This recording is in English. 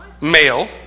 male